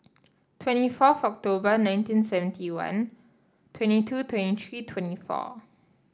twenty fourth October nineteen seventy one twenty two twenty three twenty four